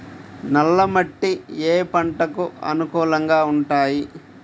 నల్ల మట్టి ఏ ఏ పంటలకు అనుకూలంగా ఉంటాయి?